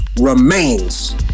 remains